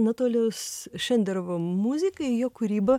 anatolijaus šenderovo muzika ir jo kūryba